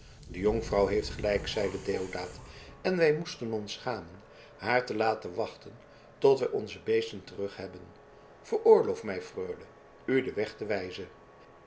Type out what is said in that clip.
de jonkvrouw heeft gelijk zeide deodaat en wij moesten ons schamen haar te laten wachten tot wij onze beesten terughebben veroorloof mij freule u den weg te wijzen